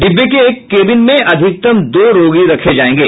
डिब्बे के एक केबिन में अधिकतम दो रोगी रखे जाएंगे